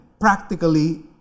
practically